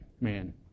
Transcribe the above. man